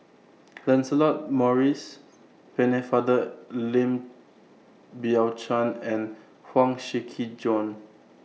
Lancelot Maurice Pennefather Lim Biow Chuan and Huang Shiqi Joan